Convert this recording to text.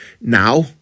now